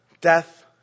Death